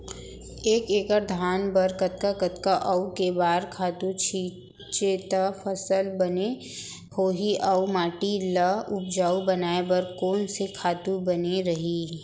एक एक्कड़ धान बर कतका कतका अऊ के बार खातू छिंचे त फसल बने होही अऊ माटी ल उपजाऊ बनाए बर कोन से खातू बने रही?